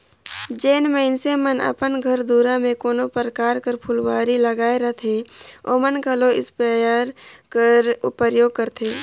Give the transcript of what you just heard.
जेन मइनसे मन अपन घर दुरा में कोनो परकार कर फुलवारी लगाए रहथें ओमन घलो इस्पेयर कर परयोग करथे